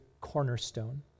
cornerstone